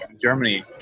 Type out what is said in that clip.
Germany